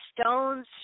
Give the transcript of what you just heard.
stones